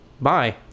Bye